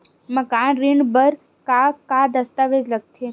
मकान ऋण बर का का दस्तावेज लगथे?